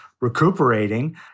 recuperating